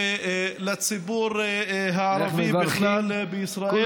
ולציבור הערבי בכלל בישראל.